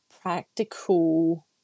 practical